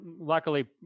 luckily